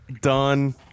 Done